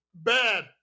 bad